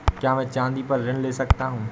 क्या मैं चाँदी पर ऋण ले सकता हूँ?